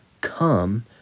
come